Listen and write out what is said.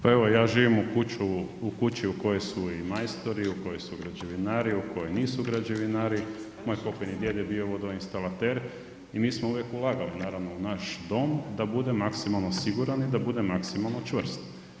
Pa evo ja živim u kući u kojoj su i majstori, u kojoj su građevinari, u kojoj nisu građevinari, moj pokojni djed je bio vodoinstalater i mi smo uvijek ulagali naravno u naš dom da bude maksimalno siguran i da bude maksimalno čvrst.